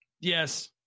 Yes